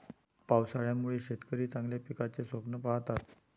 पावसाळ्यामुळे शेतकरी चांगल्या पिकाचे स्वप्न पाहतात